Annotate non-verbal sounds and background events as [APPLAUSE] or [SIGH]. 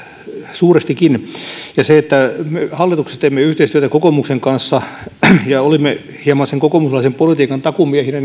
suurestikin ja kyllähän se että me hallituksessa teimme yhteistyötä kokoomuksen kanssa ja olimme hieman sen kokoomuslaisen politiikan takuumiehinä [UNINTELLIGIBLE]